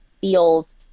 feels